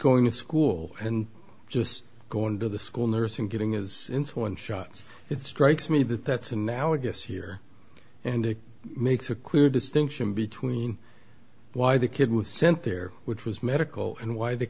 going to school and just going to the school nurse and getting is insulin shots it strikes me that that's analogous here and it makes a clear distinction between why the kid was sent there which was medical and why the